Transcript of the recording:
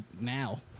now